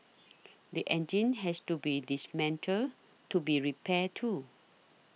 the engine has to be dismantled to be repaired too